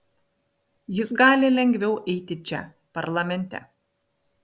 jis gali lengviau eiti čia parlamente